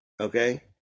okay